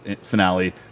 finale